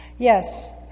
Yes